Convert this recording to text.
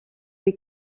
või